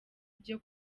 ibyo